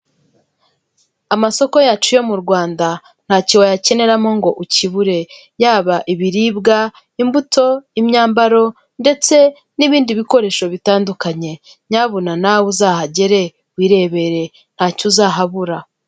Amasoko yacu yo mu Rwanda ntacyo wayakeneramo ngo ukibure, yaba ibiribwa, imbuto, imyambaro ndetse n'ibindi bikoresho bitandukanye, nyabuna nawe uzahagere wirebere ntacyo uzahabura.